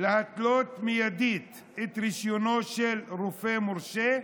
להתלות מיידית את רישיונו של רופא מורשה,